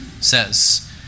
says